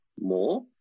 more